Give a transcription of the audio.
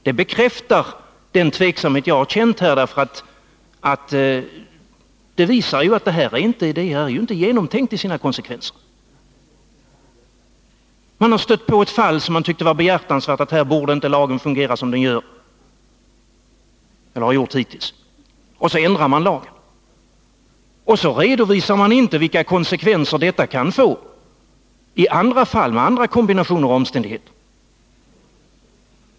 Detta bekräftar den tveksamhet jag har hyst, och det visar att man inte har tänkt igenom konsekvenserna. Man har stött på ett fall som man tyckte var behjärtansvärt och ansåg att lagen för just detta fall inte borde fungera som den har gjort hittills. Därmed ändrar man lagen men redovisar inte de konsekvenser som lagändringen kan få för andra fall med andra kombinationer av omständigheter.